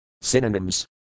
Synonyms